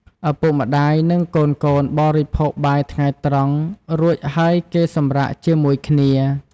ឪពុកម្ដាយ និងកូនៗបរិភោគបាយថ្ងៃត្រង់ រួចហើយគេសម្រាកជាមួយគ្នា។